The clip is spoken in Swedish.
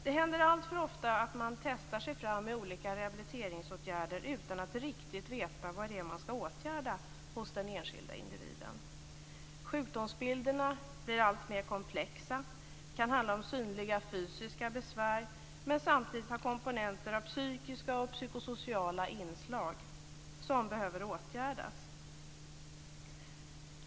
Det händer alltför ofta att man testar sig fram i olika rehabiliteringsåtgärder utan att riktigt veta vad det är man skall åtgärda hos den enskilda individen. Sjukdomsbilderna blir alltmer komplexa. Det kan handla om synliga fysiska besvär, men samtidigt finnas komponenter med psykiska och psykosociala inslag som behöver åtgärdas.